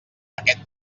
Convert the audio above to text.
aquest